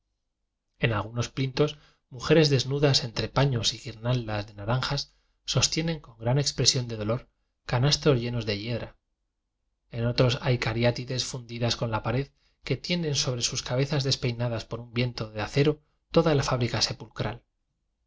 en algunos plintos mujeres desnudas entre paños y guirnaldas de naranjas sostie nen con gran expresión de dolor canastos llenos de yedra en otros hay cariátides fun didas con la pared que tienen sobre sus cabezas despeinadas por un viento de ace ro toda la fábrica sepulcral